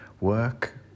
Work